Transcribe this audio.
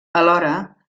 alhora